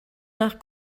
nach